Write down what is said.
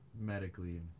medically